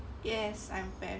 yes I'm very sure